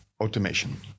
automation